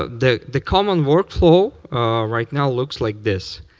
ah the the common work flow right now looks like this.